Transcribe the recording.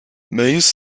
mayors